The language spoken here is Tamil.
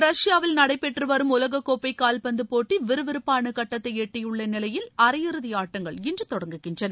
ரஷ்யாவில் நடைபெற்று வரும் உலகக் கோப்பை கால்பந்து போட்டி விறுவிறுப்பாள கட்டத்தை எட்டியுள்ள நிலையில் அரையிறுதி ஆட்டங்கள் இன்று தொடங்குகின்றன